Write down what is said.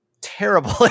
terrible